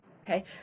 okay